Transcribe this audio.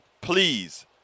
please